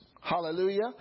Hallelujah